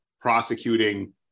prosecuting